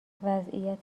وضعیت